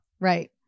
right